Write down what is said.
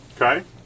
Okay